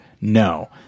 no –